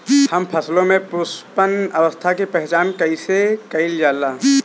हम फसलों में पुष्पन अवस्था की पहचान कईसे कईल जाला?